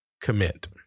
Commit